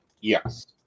Yes